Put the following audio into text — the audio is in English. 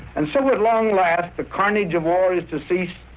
and so at long last, the carnage of war is to cease,